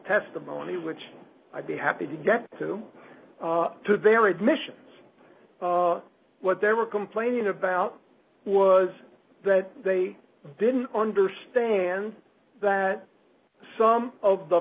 testimony which i'd be happy to get through to their admissions what they were complaining about was that they didn't understand that some of the